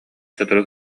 сотору